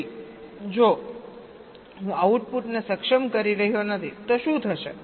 તેથી જો હું આઉટપુટને સક્ષમ કરી રહ્યો નથી તો શું થશે